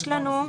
ממשלתית.